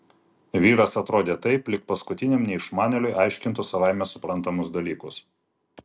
vyras atrodė taip lyg paskutiniam neišmanėliui aiškintų savaime suprantamus dalykus